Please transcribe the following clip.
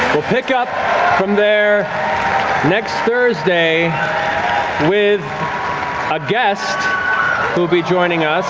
we'll pick up from there next thursday with a guest who will be joining